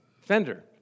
fender